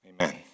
Amen